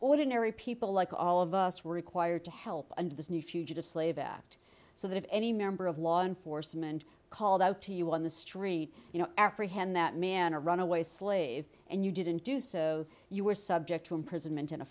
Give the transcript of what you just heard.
ordinary people like all of us were required to help under this new fugitive slave act so that if any member of law enforcement called out to you on the street you know after a hand that man a runaway slave and you didn't do so you were subject to imprisonment and a